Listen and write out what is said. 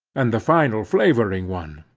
and the final flavoring one.